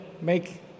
make